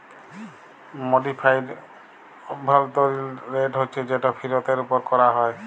modified অভ্যলতরিল rate হছে যেট ফিরতের উপর ক্যরা হ্যয়